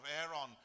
Aaron